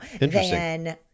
Interesting